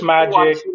Magic